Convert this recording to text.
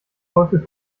teufel